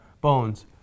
Bones